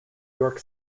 york